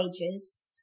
wages